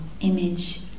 image